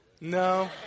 No